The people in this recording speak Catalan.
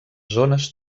zones